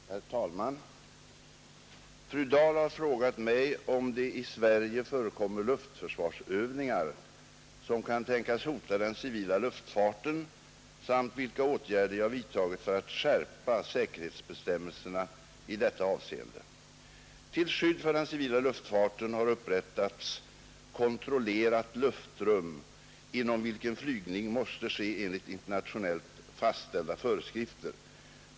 Herr talman! Fru Dahl har frågat mig om det i Sverige förekommer luftförsvarsövningar som kan tänkas hota den civila luftfarten samt vilka åtgärder jag vidtagit för att skärpa säkerhetsbestämmelserna i detta avseende. Till skydd för den civila luftfarten har upprättats kontrollerat luftrum inom vilket flygning måste ske enligt internationellt fastställda föreskrifter.